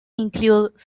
include